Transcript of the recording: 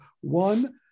one